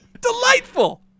Delightful